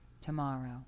Tomorrow